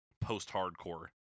post-hardcore